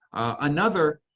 another